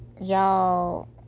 Y'all